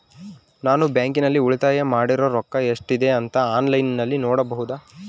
ನಾನು ಬ್ಯಾಂಕಿನಲ್ಲಿ ಉಳಿತಾಯ ಮಾಡಿರೋ ರೊಕ್ಕ ಎಷ್ಟಿದೆ ಅಂತಾ ಆನ್ಲೈನಿನಲ್ಲಿ ನೋಡಬಹುದಾ?